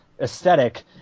aesthetic